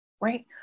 right